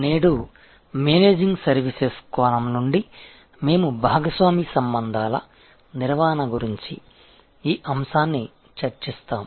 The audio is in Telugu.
నేడు మేనేజింగ్ సర్వీసెస్ కోణం నుండి మేము భాగస్వామి సంబంధాల నిర్వహణ గురించి ఈ అంశాన్ని చర్చిస్తాము